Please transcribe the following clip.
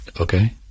Okay